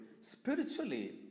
spiritually